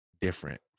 different